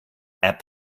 app